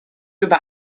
über